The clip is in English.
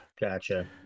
Gotcha